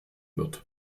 wird